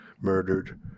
murdered